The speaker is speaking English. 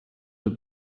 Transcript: the